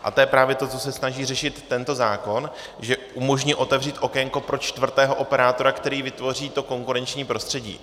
A to je právě to, co se snaží řešit tento zákon, že umožní otevřít okénko pro čtvrtého operátora, který vytvoří konkurenční prostředí.